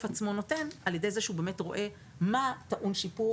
עצמו נותן על ידי זה שהוא באמת רואה מה טעון שיפור,